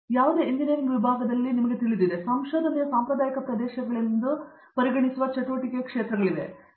ನಾವು ಯಾವುದೇ ಎಂಜಿನಿಯರಿಂಗ್ ವಿಭಾಗದಲ್ಲಿ ನಿಮಗೆ ತಿಳಿದಿರುತ್ತೇವೆ ನಾವು ಸಂಶೋಧನೆಯ ಸಾಂಪ್ರದಾಯಿಕ ಪ್ರದೇಶಗಳನ್ನು ಪರಿಗಣಿಸುವ ಚಟುವಟಿಕೆಯ ಕ್ಷೇತ್ರಗಳನ್ನು ಹೊಂದಿದ್ದೇವೆ